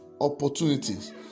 opportunities